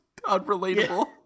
unrelatable